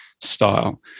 style